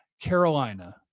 Carolina